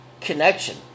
connection